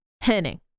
Henning